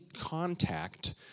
contact